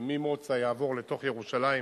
שממוצא יעבור לתוך ירושלים,